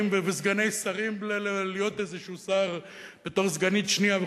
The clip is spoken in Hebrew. וסגני שרים להיות איזה שר בתור סגנית שנייה וכו',